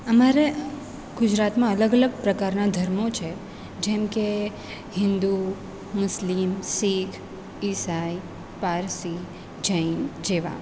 અમારા ગુજરાતમાં અલગ અલગ પ્રકારના ધર્મો છે જેમ કે હિન્દુ મુસ્લિમ શીખ ઈસાઈ પારસી જૈન જેવા